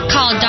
Call